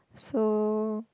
so